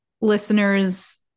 listeners